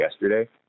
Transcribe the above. yesterday